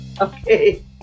Okay